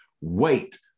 wait